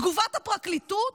תגובת הפרקליטות: